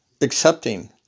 accepting